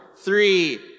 three